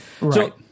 Right